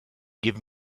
give